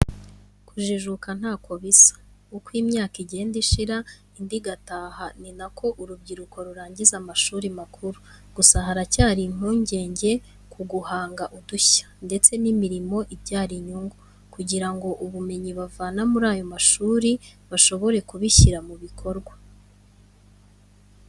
Kujijuka ntako bisa, uko imyaka igenda ishira indi igataha ni na ko urubyiruko rurangiza amashuri makuru. Gusa haracyari impungenge kuguhanga udushya ndetse n'imirimo ibyara inyungu, kugira ngo ubumenyi bavana muri ayo mashuri bashobore kubishyira mu bikorwa.